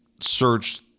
search